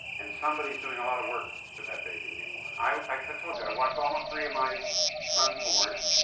and somebody's doing a lot of work for that baby to be born. i like told you, i watched all um three of my sons born